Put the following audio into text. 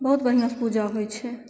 बहुत बढ़िआँसँ पूजा होइ छै